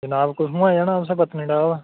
जनाब कुत्थुआं जाना हा तुसें पत्नीटाप